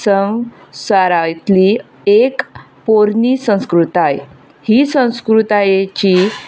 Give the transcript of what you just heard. संवसारा इतली एक पोरणी संस्कृताय ही संस्कृतायेची